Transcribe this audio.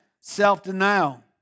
Self-denial